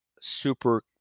super